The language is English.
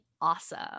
awesome